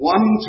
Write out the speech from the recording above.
One